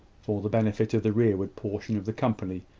for the benefit of the rearward portion of the company,